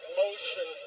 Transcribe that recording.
motion